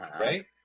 Right